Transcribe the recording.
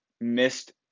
missed